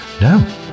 No